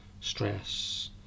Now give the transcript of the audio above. stress